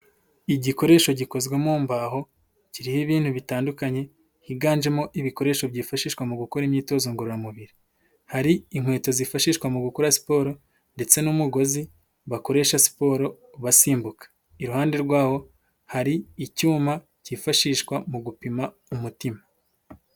Igikoresho gikozwe mu mbaho kiriho ibintu bitandukanye higanjemo ibikoresho byifashishwa mu gukora imyitozo ngororamubiri, hari inkweto zifashishwa mu gukora siporo ndetse n'umugozi bakoresha siporo basimbuka, iruhande rwabo hari icyuma cyifashishwa mu gupima umutima.